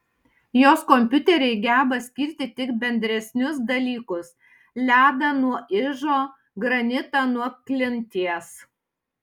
jos kompiuteriai geba skirti tik bendresnius dalykus ledą nuo ižo granitą nuo klinties